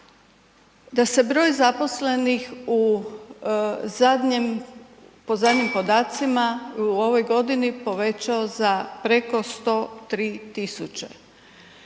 da se broj zaposlenih po zadnjim podacima u ovoj godini povećao za preko 103000,